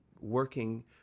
working